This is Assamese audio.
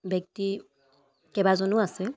ব্যক্তি কেইবাজনো আছে